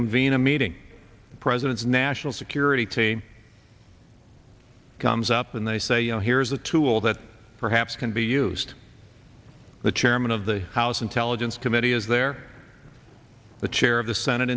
convene a meeting the president's national security team comes up and they say you know here's a tool that perhaps can be used the chairman of the house intelligence committee is there the chair of the senate